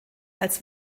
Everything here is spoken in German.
als